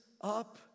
up